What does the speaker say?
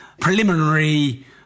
preliminary